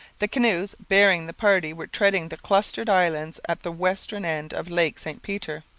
the canoes bearing the party were threading the clustered islands at the western end of lake st peter,